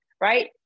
right